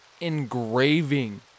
engraving